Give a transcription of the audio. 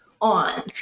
on